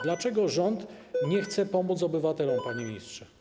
Dlaczego rząd nie chce pomóc obywatelom, panie ministrze?